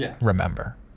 remember